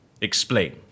Explain